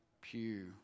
pew